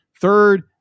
Third